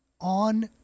on